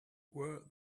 were